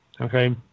Okay